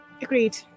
Agreed